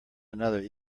another